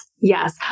Yes